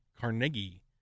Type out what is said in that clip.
Carnegie